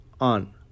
on